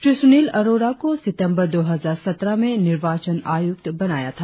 श्री सुनील अरोड़ा को सितंबर दो हजार सत्रह में निर्वाचन आयुक्त बनाया था